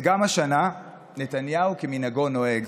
וגם השנה נתניהו כמנהגו נוהג.